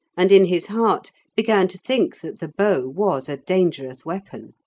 and in his heart began to think that the bow was a dangerous weapon.